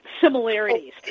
similarities